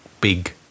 big